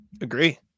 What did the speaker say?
Agree